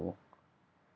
to